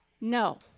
no